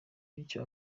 bityo